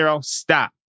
Stop